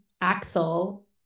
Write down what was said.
Axel